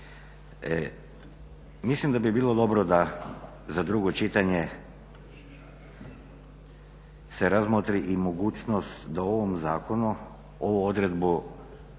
Mislim da bi bilo dobro da za drugo čitanje se razmotri i mogućnost da o ovom zakonu ovu odredbu